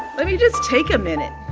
let me just take a minute.